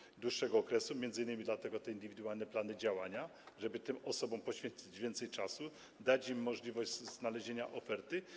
Chodzi o dłuższy okres, m.in. dlatego są te indywidualne plany działania, żeby tym osobom poświęcić więcej czasu, dać im możliwość znalezienia oferty.